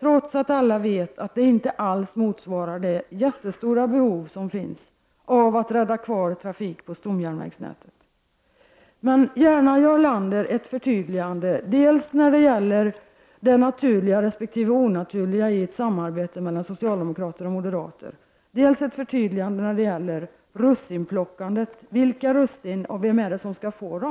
trots att alla vet att det inte alls motsvarar de jättestora behov som finns för att rädda kvar trafiken på stomjärnvägsnätet. Gärna, Jarl Lander, ett förtydligande dels när det gäller det naturliga resp. onaturliga i samarbetet mellan socialdemokraterna och moderaterna, dels när det gäller russinplockande — vilka russin och vem är det som skall få dem?